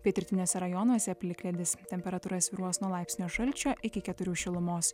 pietrytiniuose rajonuose plikledis temperatūra svyruos nuo laipsnio šalčio iki keturių šilumos